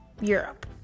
Europe